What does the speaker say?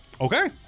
Okay